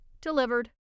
delivered